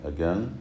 Again